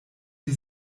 die